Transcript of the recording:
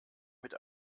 mit